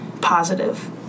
positive